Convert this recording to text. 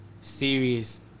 serious